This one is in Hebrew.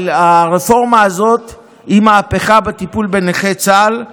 אבל הרפורמה הזאת היא מהפכה בטיפול בנכי צה"ל,